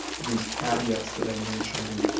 these caveats that i mentioned.